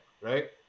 right